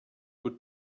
would